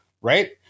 Right